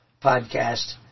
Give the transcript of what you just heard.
podcast